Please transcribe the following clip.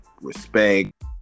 Respect